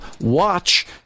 watch